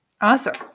Awesome